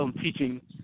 Teaching